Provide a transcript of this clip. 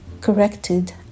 corrected